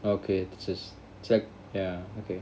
okay so is it's like ya okay